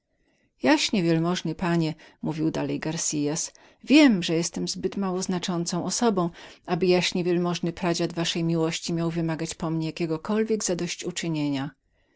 jaśnie wielmożny panie mówił dalej garcias wiem że jestem zbyt małoznaczącą osobą aby jaśnie wielmożny pradziad waszej miłości miał wymagać po mnie jakiegokolwiek zadosyć uczynienia